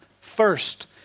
first